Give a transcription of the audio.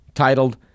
titled